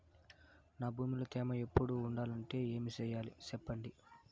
నా భూమిలో తేమ ఎప్పుడు ఉండాలంటే ఏమి సెయ్యాలి చెప్పండి?